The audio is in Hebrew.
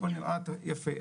הכל נראה יפה,